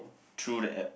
through the app